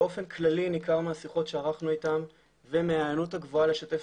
באופן כללי ניכר מהשיחות שערכנו איתם ומההיענות הגבוהה לשתף